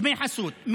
דמי חסות,